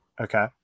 Okay